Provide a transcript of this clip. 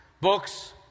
Books